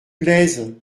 plaisent